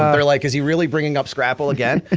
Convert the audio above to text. ah they're like, is he really bringing up scrapple again?